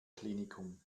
klinikum